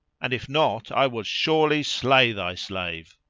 and if not i will surely slay thy slave.